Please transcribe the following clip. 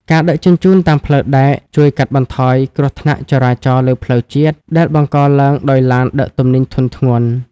ការដឹកជញ្ជូនតាមផ្លូវដែកជួយកាត់បន្ថយគ្រោះថ្នាក់ចរាចរណ៍លើផ្លូវជាតិ ដែលបង្កឡើងដោយឡានដឹកទំនិញធុនធ្ងន់។